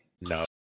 No